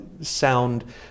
sound